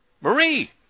Marie